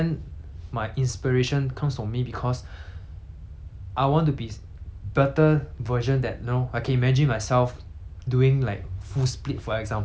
I want to be better version that you know I can imagine myself doing like full split for example I can split and turn together